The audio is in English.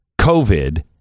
covid